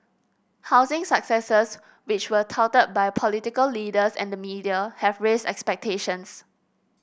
housing successes which were touted by political leaders and the media have raised expectations